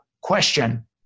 question